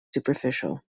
superficial